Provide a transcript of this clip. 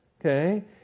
Okay